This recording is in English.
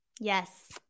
Yes